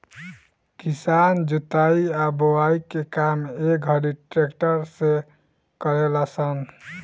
किसान जोताई आ बोआई के काम ए घड़ी ट्रक्टर से करेलन स